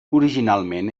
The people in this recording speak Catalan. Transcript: originalment